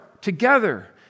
together